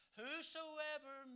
whosoever